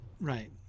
Right